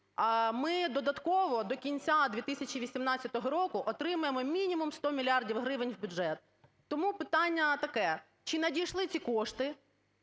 ми додатково, до кінця 2018 року отримаємо мінімум 100 мільярдів гривень в бюджет. Тому питання таке. Чи надійшли ці кошти?